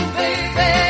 baby